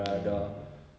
mm